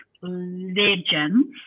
legends